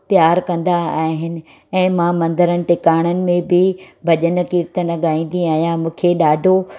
प्यार कंदा आहिनि ऐं मां मंदरनि टिकाणनि में बि भॼन कीर्तन ॻाईंदी आहियां मूंखे ॾाढो